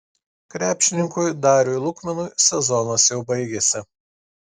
krepšininkui dariui lukminui sezonas jau baigėsi